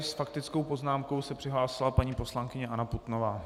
S faktickou poznámkou se přihlásila paní poslankyně Anna Putnová.